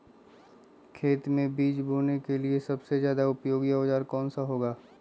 खेत मै बीज बोने के लिए सबसे ज्यादा उपयोगी औजार कौन सा होगा?